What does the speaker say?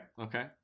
okay